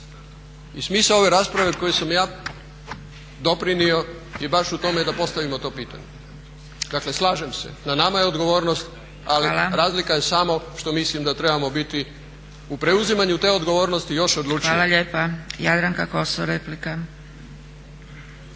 I smisao ove rasprave kojoj sam ja doprinio je baš u tome da postavimo to pitanje. Dakle slažem se, na nama je odgovornost ali razlika je samo što mislim da trebamo biti u preuzimanju te odgovornosti još odlučniji. **Zgrebec, Dragica (SDP)** Hvala lijepa. Jadranka Kosor, replika.